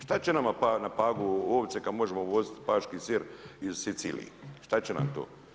Šta će nama na Pagu ovce kad možemo uvoziti paški sir iz Sicilije, šta će nam to?